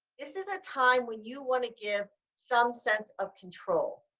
this is a time when you want to give some sense of control.